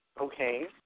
okay